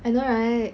I know right